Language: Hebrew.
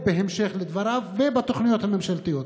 בהמשך לדבריו, ובתוכניות הממשלתיות.